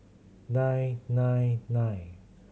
nine nine nine